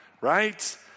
right